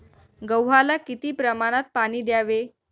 गव्हाला किती प्रमाणात पाणी द्यावे?